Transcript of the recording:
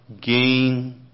gain